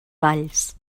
valls